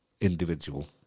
individual